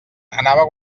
anava